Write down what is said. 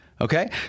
okay